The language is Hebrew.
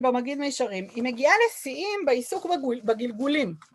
במגיד מישרים היא מגיעה לשיאים בעיסוק בגלגולים